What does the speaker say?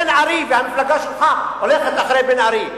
בן-ארי, והמפלגה שלך הולכת אחרי בן-ארי.